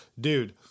dude